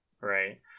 Right